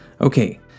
okay